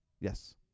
Yes